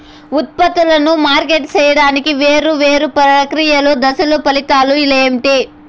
ఉత్పత్తులను మార్కెట్ సేయడానికి వేరువేరు ప్రక్రియలు దశలు ఫలితాలు ఏంటి?